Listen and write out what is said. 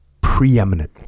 preeminent